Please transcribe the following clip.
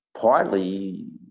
Partly